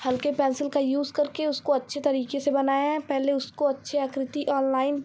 हल्के पेंसिल का यूज़ करको अच्छे तरीके से बनाए हैं पहले उसको अच्छे आकृति ऑनलाईन